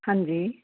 ਹਾਂਜੀ